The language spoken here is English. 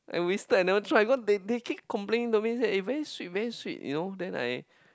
I wasted I never try because they they keep complaining to me eh very sweet very sweet you know then I